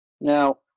Now